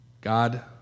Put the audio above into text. God